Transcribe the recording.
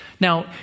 Now